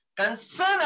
concern